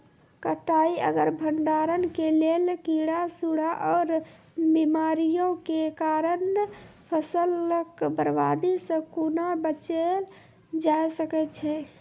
कटाई आर भंडारण के लेल कीड़ा, सूड़ा आर बीमारियों के कारण फसलक बर्बादी सॅ कूना बचेल जाय सकै ये?